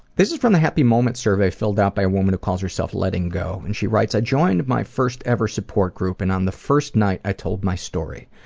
this is from the happy moments survey, filled out by a woman who calls herself letting go, and she writes i joined my first ever support group and on the first night i told my story.